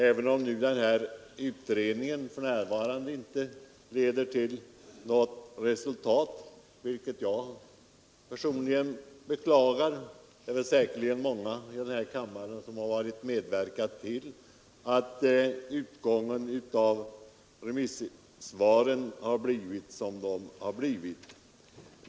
Även om den här utredningen för närvarande inte leder till något resultat, vilket jag personligen beklagar, är det säkerligen många i denna kammare som medverkat till den utformning remissvaren har fått.